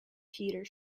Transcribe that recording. peter